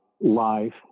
life